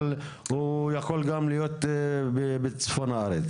אבל הוא יכול גם להיות בצפון הארץ,